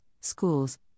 schools